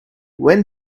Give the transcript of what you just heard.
when